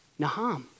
Naham